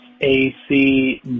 AC